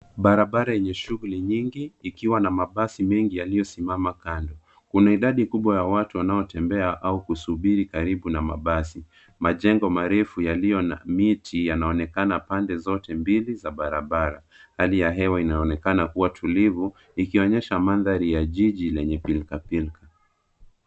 Barabara yenye shughuli nyingi ikiwa na mabasi mengi yaliyosimama kando. Kuna idadi kubwa ya watu wanaotembea au kusubiri karibu na mabasi. Majengo marefu yaliyo na miti yanaonekana pande zote mbili za barabara. Hali ya hewa inaonekana kuwa tulivu ikionyesha manthari ya jiji yenye pilka pilka.